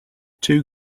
two